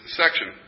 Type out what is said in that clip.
section